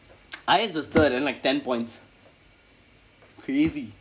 I X was third and like ten points crazy